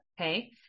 Okay